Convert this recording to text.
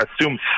assume